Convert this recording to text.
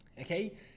okay